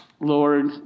Lord